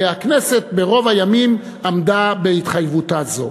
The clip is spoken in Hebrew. והכנסת ברוב הימים עמדה בהתחייבותה זו.